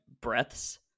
breaths